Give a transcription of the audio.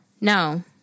No